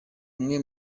umwe